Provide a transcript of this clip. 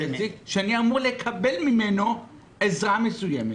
שאני אמור לקבל ממנו עזרה מסוימת.